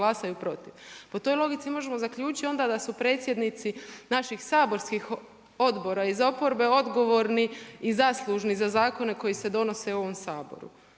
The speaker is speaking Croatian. glasaju protiv. Po toj logici možemo zaključiti onda da su predsjednici naših saborskih odbora iz oporbe odgovorni i zaslužni za zakone koji se donose u ovom Saboru.